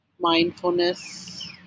mindfulness